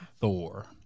Thor